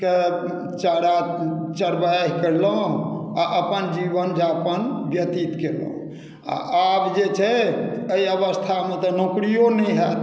के चारा चरवाहि कयलहुँ आ अपन जीवन यापन व्यतीत केलहुँ आ आब जे छै एहि अवस्थामे तऽ नौकरियो नहि होयत